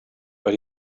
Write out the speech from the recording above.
but